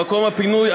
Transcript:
במקום הפנוי,